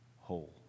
whole